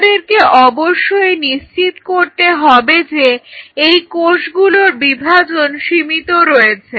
আমাদেরকে অবশ্যই নিশ্চিত করতে হবে যে এই কোষগুলোর বিভাজন সীমিত রয়েছে